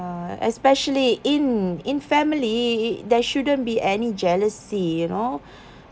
uh especially in in family there shouldn't be any jealousy you know